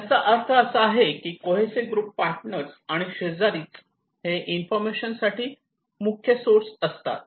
याचा अर्थ असा की कोहेसिव्ह ग्रुप्स पार्टनर आणि शेजारी हे इन्फॉर्मेशन साठी मुख्य सोर्स असतात